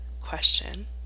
question